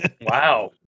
Wow